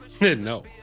No